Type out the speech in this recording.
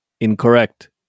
Incorrect